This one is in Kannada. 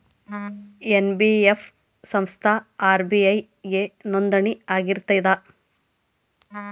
ಎನ್.ಬಿ.ಎಫ್ ಸಂಸ್ಥಾ ಆರ್.ಬಿ.ಐ ಗೆ ನೋಂದಣಿ ಆಗಿರ್ತದಾ?